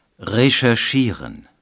Recherchieren